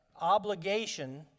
obligation